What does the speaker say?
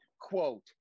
quote